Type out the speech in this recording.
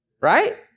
right